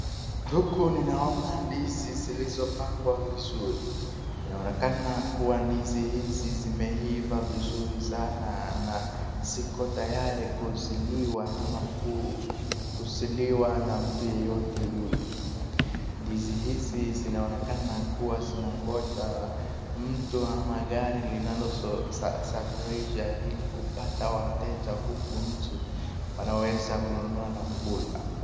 Huku ninaona ndizi zilizopangwa vizuri. Inaoekana kuwa ndizi hizi zimeiva vizuri sana na ziko tayari kuziliwa ama kuziliwa na mtu yeyote yule. Ndizi hizi zinaonekana kuwa zinangoja mtu ama gari linalosafirisha ili kupata wateja huku nje wanaweza kununua na kula.